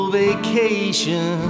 vacation